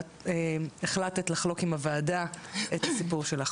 ואת החלטת לחלוק עם הוועדה את הסיפור שלך.